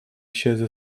się